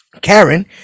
Karen